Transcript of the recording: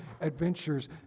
adventures